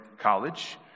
college